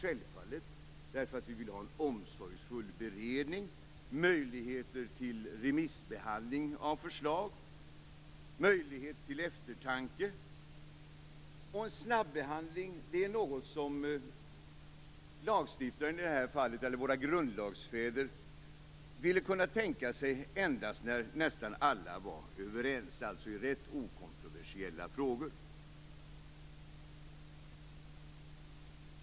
Självfallet därför att vi vill ha en omsorgsfull beredning, möjligheter till remissbehandling av förslag och möjlighet till eftertanke. En snabbehandling är något som lagstiftaren, eller våra grundlagsfäder, ville kunna tänka sig endast när nästan alla var överens, dvs. i rätt okontroversiella frågor.